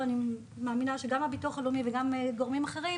אני מאמינה שגם הביטוח הלאומי וגם הגורמים האחרים